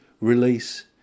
release